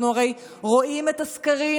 אנחנו הרי רואים את הסקרים,